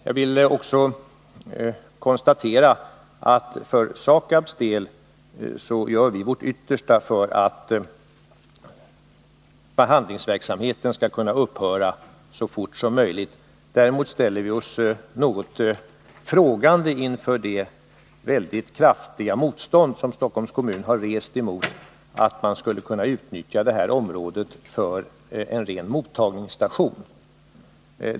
"Jag vill också konstatera att vi för SAKAB:s del gör vårt yttersta för att behandlingsverksamheten skall upphöra så fort som möjligt. Däremot ställer vi oss något frågande inför det mycket kraftiga motstånd som Stockholms kommun har rest mot förslaget att man skulle kunna utnyttja området för en ren mottagningsstation.